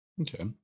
Okay